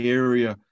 area